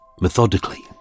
methodically